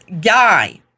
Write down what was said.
guy